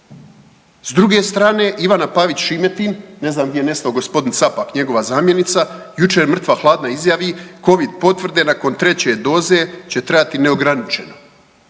S druge strane Ivana Pavić Šimetin ne znam gdje nestao gospodin Capak, njegova zamjenica jučer mrtva hladna izjavi Covid potvrde nakon treće doze će trajati neograničeno.